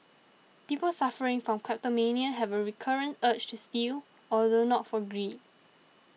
people suffering from kleptomania have a recurrent urge to steal although not for greed